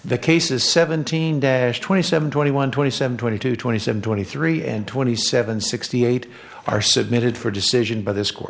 the case is seventeen days twenty seven twenty one twenty seven twenty two twenty seven twenty three and twenty seven sixty eight are submitted for decision by this